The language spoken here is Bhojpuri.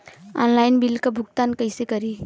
ऑनलाइन बिल क भुगतान कईसे करी?